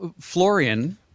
florian